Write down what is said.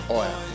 oil